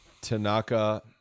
Tanaka